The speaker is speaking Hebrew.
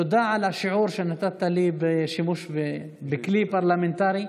ותודה על השיעור שנתת לי בשימוש בכלי פרלמנטרי.